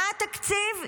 מה התקציב?